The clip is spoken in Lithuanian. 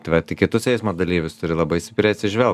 vat į kitus eismo dalyvius turi labai stipriai atsižvelgt